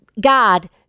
God